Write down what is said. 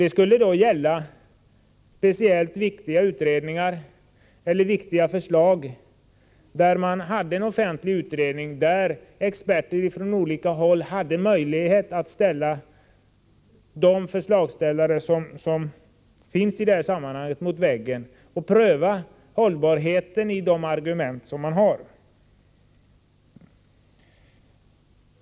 Det skulle gälla speciellt viktiga utredningar och förslag, där experter från olika håll skulle få möjlighet att ställa förslagsställarna mot väggen och pröva hållbarheten i deras argument.